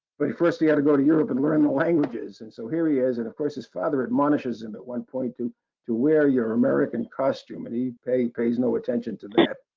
but first he had to go to europe and learn the languages. and so here he is, and of course, his father admonishes him at one point to to wear your american costume, and i pays pays no attention to that,